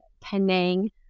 Penang